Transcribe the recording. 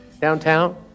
downtown